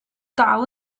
dal